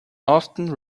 often